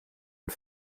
und